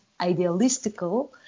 idealistical